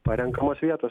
parenkamos vietos